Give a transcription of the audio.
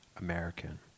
American